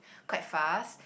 quite fast